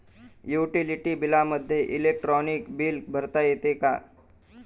Utility बिलामध्ये electronic bill भरता येते का?